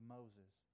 Moses